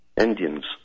Indians